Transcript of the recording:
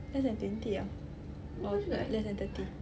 less than twenty ah or less than thirty